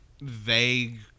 vague